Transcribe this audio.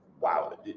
Wow